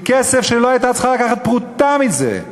כסף שלא הייתה צריכה לקחת פרוטה מזה.